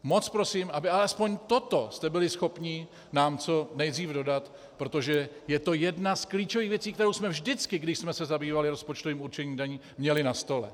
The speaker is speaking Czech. Moc prosím, abyste alespoň toto nám byli schopni co nejdřív dodat, protože je to jedna z klíčových věcí, kterou jsme vždycky, když jsme se zabývali rozpočtovým určením daní, měli na stole.